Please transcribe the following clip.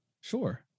Sure